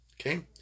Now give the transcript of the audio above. okay